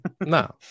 no